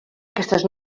aquestes